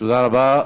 תודה רבה.